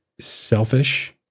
selfish